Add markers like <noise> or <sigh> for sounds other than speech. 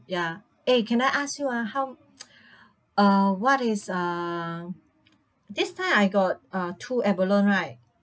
ya eh can I ask you ah how <noise> uh what is uh this time I got uh two abalone right